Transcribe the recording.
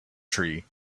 tree